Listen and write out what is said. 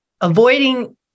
avoiding